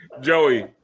Joey